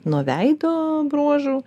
nuo veido bruožų